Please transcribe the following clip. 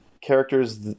characters